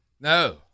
No